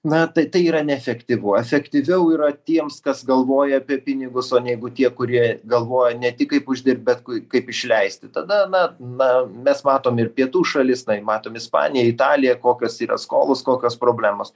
na tai tai yra neefektyvu efektyviau yra tiems kas galvoja apie pinigus o negu tie kurie galvoja ne tik kaip uždirbt bet kaip išleisti tada na na mes matom ir pietų šalis tai matom ispanija italija kokios yra skolos kokios problemos